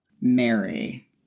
Mary